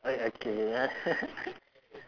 I okay